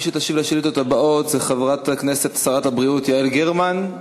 מי שתשיב על השאילתות הבאות היא חברת הכנסת ושרת הבריאות יעל גרמן,